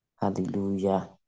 Hallelujah